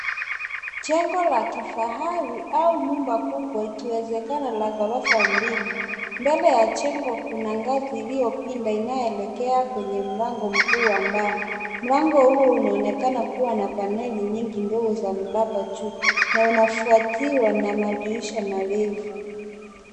Jengo la kifahari au nyumba kubwa ikiwezekana la ghorofa mbili. Mbele ya jengo kuna ngazi iliyopinda inayoelekea kwenye mlango mkuu wa mbao. Mlango huo unaonekana kuwa na paneli nyingi ndogo za mraba juu na unafuatiwa na madirisha marefu.